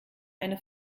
eine